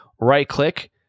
right-click